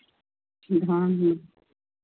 धान में